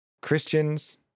Christians